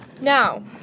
Now